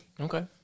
Okay